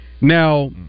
now